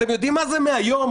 אתם יודעים מה זה 100 ימים?